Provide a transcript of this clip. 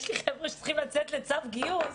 יש לי חבר'ה שצריכים לצאת לצו גיוס.